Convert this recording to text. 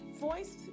voice